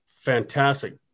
fantastic